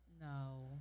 No